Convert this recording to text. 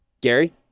Gary